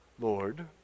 Lord